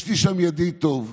יש לי שם ידיד טוב,